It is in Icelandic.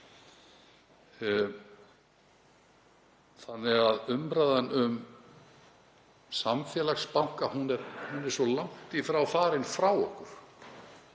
þannig að umræðan um samfélagsbanka er svo langt í frá farin frá okkur.